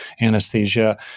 anesthesia